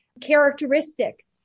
characteristic